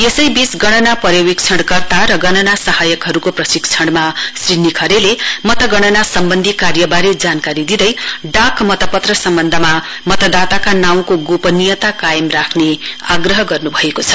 यसैबीच गणना पर्यवेक्षणकर्ता र गणना सहायकहरुको प्रशिक्षणमा श्री निखरेले मतगणना सम्बन्धी कार्यवारे जानकारी दिँदै डाक मत पत्र सम्बन्धमा मतदाताका नाउँको गोपनीयता कायम राख्ने आग्रह गर्नुभनिएको छ